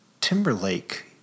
Timberlake